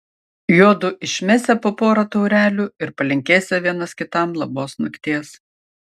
juodu išmesią po porą taurelių ir palinkėsią vienas kitam labos nakties